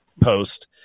post